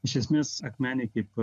iš esmės akmenė kaip